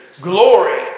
glory